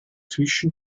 zwischen